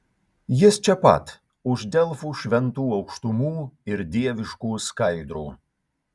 jis čia pat už delfų šventų aukštumų ir dieviškų skaidrų